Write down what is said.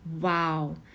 wow